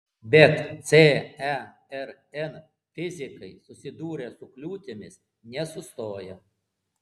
bet cern fizikai susidūrę su kliūtimis nesustoja